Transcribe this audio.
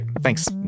thanks